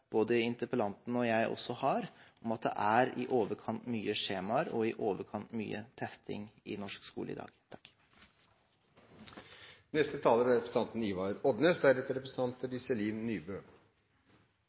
både interpellanten og jeg har av at det er i overkant mye skjemaer og i overkant mye testing i norsk skole i dag.